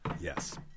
Yes